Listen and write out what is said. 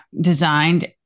designed